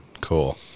cool